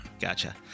Gotcha